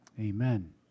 Amen